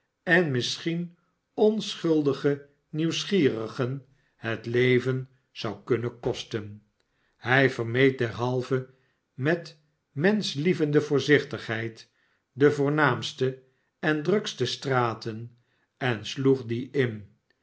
en misschien onschuldige nieuwsgierigen het leven zou kunnen kosten hij vermeed derhalve met menschlievende voorzichtigheid de voornaamste en drukste straten en sloeg die in